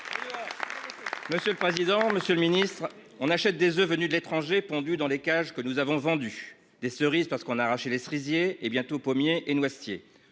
Monsieur le président, Monsieur le Ministre, on achète des oeufs venus de l'étranger pendu dans les cages, que nous avons vendu des cerises parce qu'on a arraché les cerisiers et bientôt pommier et noisetiers